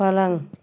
पलंग